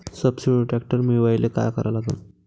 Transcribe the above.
सबसिडीवर ट्रॅक्टर मिळवायले का करा लागन?